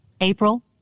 April